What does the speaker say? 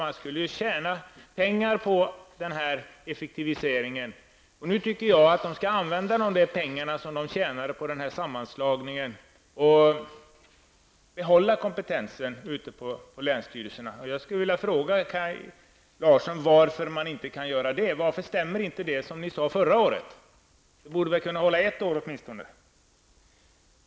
Man skulle tjäna pengar på denna effektivisering. Nu tycker jag att vi skall använda dessa pengar som ni har tjänat på sammanslagningen till att upprätthålla kompetensen ute på länsstyrelserna. Jag skulle vilja fråga Kaj Larsson varför man inte kan göra det. Varför stämmer inte det som ni sade förra året? Det borde väl kunna hålla ett år åtminstone.